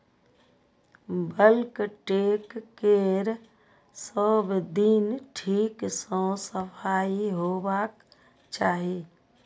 bulk tank केर सब दिन ठीक सं सफाइ होबाक चाही